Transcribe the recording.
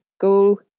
go